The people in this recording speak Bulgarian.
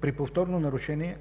При повторно нарушение